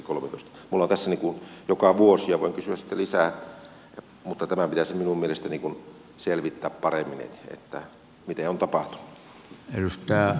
minulla on tässä joka vuosi ja voin kysyä sitten lisää mutta tämän pitäisi minun mielestäni selvittää paremmin miten on tapahtunut